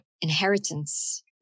inheritance